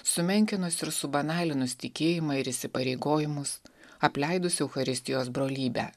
sumenkinus ir subanalinus tikėjimą ir įsipareigojimus apleidus eucharistijos brolybę